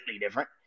different